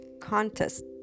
contest